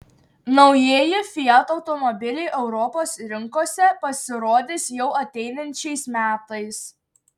naujieji fiat automobiliai europos rinkose pasirodys jau ateinančiais metais